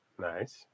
Nice